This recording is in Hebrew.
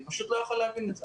אני פשוט לא יכול להבין את זה.